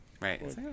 Right